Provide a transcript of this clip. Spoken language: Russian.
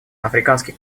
африканский